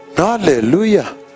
hallelujah